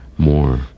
More